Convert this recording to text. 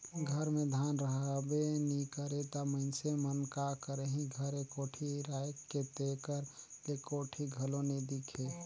घर मे धान रहबे नी करे ता मइनसे मन का करही घरे कोठी राएख के, तेकर ले कोठी घलो नी दिखे